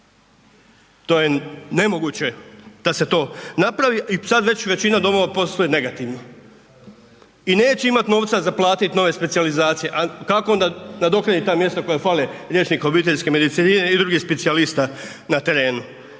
To je nemoguć da se to napravi i sad već većina domova posluje negativno. I neće imati novca za platiti nove specijalizacije a kako onda nadoknaditi ta mjesta koja fale liječnike obiteljske medicine i drugih specijalista na terenu?